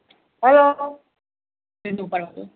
hello